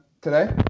today